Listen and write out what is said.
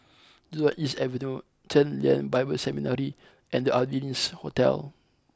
Jurong East Avenue Chen Lien Bible Seminary and The Ardennes Hotel